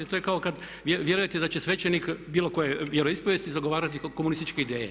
To je kao kad vjerujete da će svećenik bilo koje vjero ispovijesti zagovarati komunističke ideje.